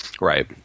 Right